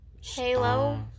Halo